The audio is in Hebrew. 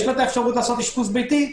יש לו אפשרות לעשות אשפוז ביתי,